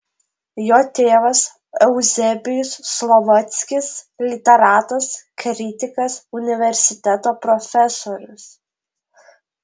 jo tėvas euzebijus slovackis literatas kritikas universiteto profesorius